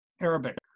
Arabic